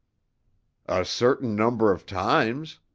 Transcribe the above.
a certain number of times.